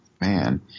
man